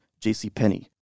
JCPenney